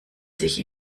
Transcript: sich